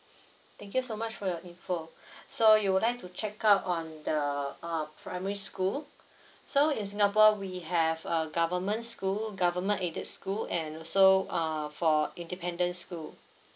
thank you so much for your info so you would like to check out on the uh primary school so in singapore we have uh government school government aided school and also uh for independent school